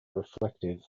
reflective